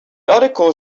article